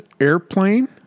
airplane